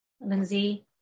Lindsay